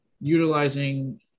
utilizing